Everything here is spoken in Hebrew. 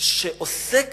שעוסק